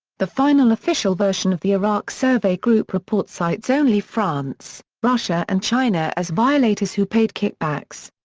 the final official version of the iraq survey group report cites only france, russia and china as violators who paid kickbacks.